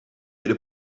biri